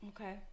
Okay